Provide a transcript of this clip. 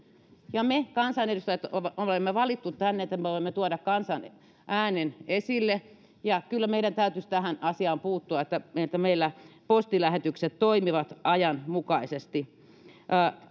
ja meidät kansanedustajat on valittu tänne että me voimme tuoda kansan äänen esille kyllä meidän täytyisi tähän asiaan puuttua jotta meillä postilähetykset toimivat ajanmukaisesti